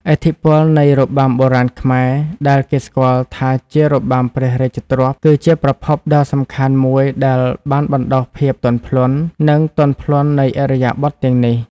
ឥទ្ធិពលនៃរបាំបុរាណខ្មែរ ដែលគេស្គាល់ថាជារបាំព្រះរាជទ្រព្យ គឺជាប្រភពដ៏សំខាន់មួយដែលបានបណ្ដុះភាពទន់ភ្លន់ និងទន់ភ្លន់នៃឥរិយាបថទាំងនេះ។